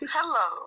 Hello